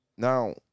Now